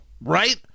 right